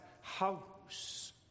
house